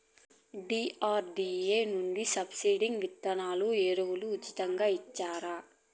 DRDA నుండి subsidy విత్తనాలు ఎరువులు ఉచితంగా ఇచ్చారా?